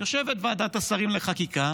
יושבת ועדת השרים לחקיקה